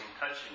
touching